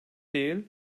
değil